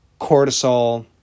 cortisol